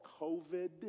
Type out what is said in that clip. COVID